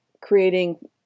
creating